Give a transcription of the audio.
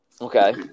Okay